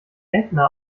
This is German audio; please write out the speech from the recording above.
ätna